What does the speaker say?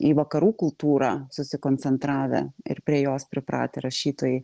į vakarų kultūrą susikoncentravę ir prie jos pripratę rašytojai